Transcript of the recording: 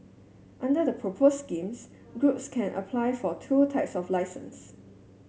under the proposed schemes groups can apply for two types of licences